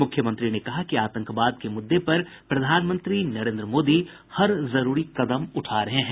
मुख्यमंत्री ने कहा कि आतंकवाद के मुद्दे पर प्रधानमंत्री नरेन्द्र मोदी हर जरूरी कदम उठा रहे हैं